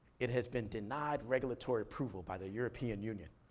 it has been denied regulatory approval by the european union.